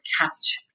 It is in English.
catch